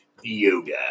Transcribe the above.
Yoga